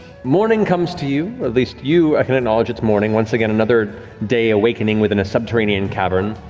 morning comes to you, at least, you i mean acknowledge it's morning. once again, another day awakening within a subterranean cavern.